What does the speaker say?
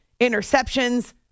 interceptions